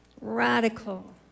Radical